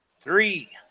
Three